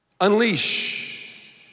Unleash